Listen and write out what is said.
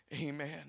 Amen